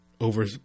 over